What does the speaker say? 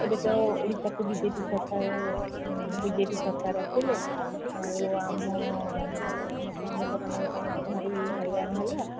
ଏବେ ତ ଓଡ଼ିଶାକୁ ବିଜେପି ସରକାର ବିଜେପି ସରକାର ଆସିଲେ ଆଉ ଆମ ଆମ ଶ୍ରମିକମାନଙ୍କ ପାଇଁ ସବୁ ଭାରି ହଇରାଣ ହେଲା